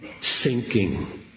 sinking